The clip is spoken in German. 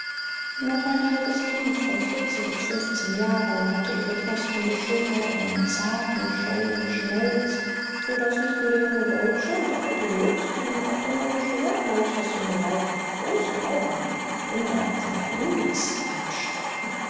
noch ein halbes kind von vierzehn bis fünfzehn jahren hatte ihre knospende schönheit einen zarten keuschen schmelz so daß nicht nur der junge deutsche und der alte jobst sondern auch der mürrische leutnant das junge weib mit großen augen und wie ein wunder simbalimpis anschauten